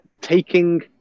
taking